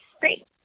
Great